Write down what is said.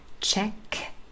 Check